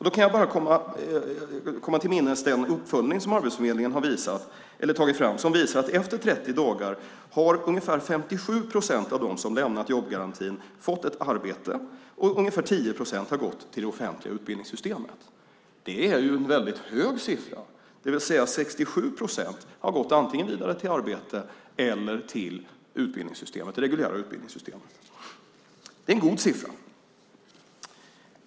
Då kan jag bara dra mig till minnes den uppföljning som Arbetsförmedlingen har tagit fram som visar att efter 30 dagar har ungefär 57 procent av dem som lämnat jobbgarantin fått ett arbete. Ungefär 10 procent har gått till det offentliga utbildningssystemet. Det är en väldigt hög siffra: 67 procent har antingen gått vidare till arbete eller till det reguljära utbildningssystemet. Det är en god siffra.